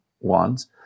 ones